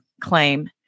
claim